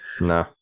No